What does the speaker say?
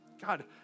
God